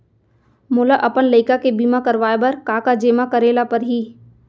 मोला अपन लइका के बीमा करवाए बर का का जेमा करे ल परही?